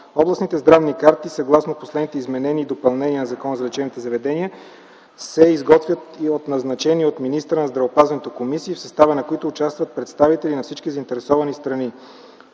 Областните здравни карти съгласно последните изменения и допълнения на Закона за лечебните заведения се изготвят и от назначени от министъра на здравеопазването комисии, в състава на които участват представители на всички заинтересовани страни.